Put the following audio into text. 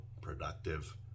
productive